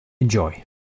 Enjoy